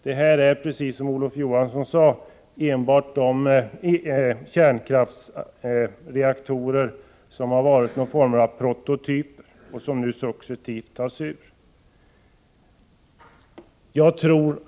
Detta gäller, precis som Olof Johansson sade, enbart de kärnkraftsreaktorer som har varit någon form av prototyper och som nu successivt tas ur bruk.